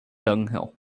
dunghill